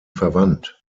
verwandt